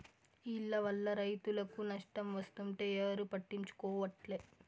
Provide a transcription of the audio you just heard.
ఈల్ల వల్ల రైతులకు నష్టం వస్తుంటే ఎవరూ పట్టించుకోవట్లే